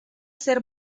ser